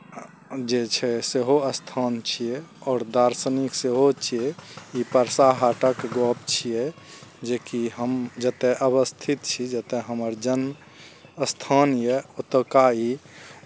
जे छै सेहो स्थान छियै आओर दार्शनिक सेहो छियै ई परसा हाटक गप्प छियै जेकि हम जतय अवस्थित छी जतय हमर जन्म स्थान यए ओतुक्का ई